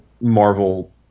Marvel